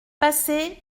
passer